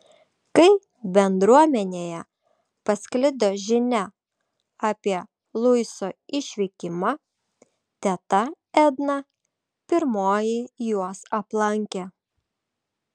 kai bendruomenėje pasklido žinia apie luiso išvykimą teta edna pirmoji juos aplankė